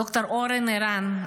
ד"ר אורן ערן,